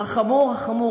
רחמו רחמו,